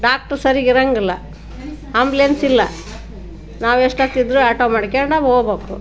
doctor ಸರಿಗೆ ಇರೋಂಗಿಲ್ಲ ambulance ಇಲ್ಲ ನಾವು ಎಷ್ಟು ಆಗ್ತಿದ್ದರೂ ಆಟೋ ಮಾಡ್ಕೊಂಡು ಹೋಗ್ಬೇಕು